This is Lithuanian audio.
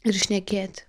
ir šnekėti